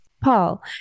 Paul